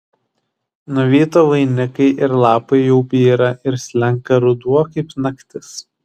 nuvyto vainikai ir lapai jau byra ir slenka ruduo kaip naktis